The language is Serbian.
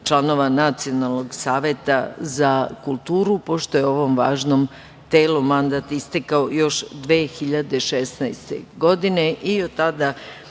članova Nacionalnog saveta za kulturu, pošto je ovom važnom telu mandat istekao još 2016. godine i od tada